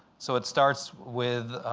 so it starts with